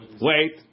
wait